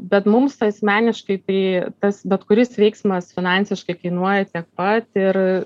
bet mums asmeniškai tai tas bet kuris veiksmas finansiškai kainuoja tiek pat ir